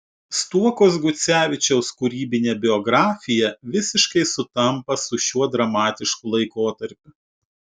stuokos gucevičiaus kūrybinė biografija visiškai sutampa su šiuo dramatišku laikotarpiu